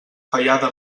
fallada